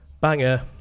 banger